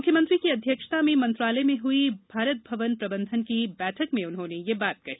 मुख्यमंत्री की अध्यक्षता में मंत्रालय में हुई भारत भवन प्रबंधन की बैठक में उन्होंने यह बात कही